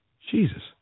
Jesus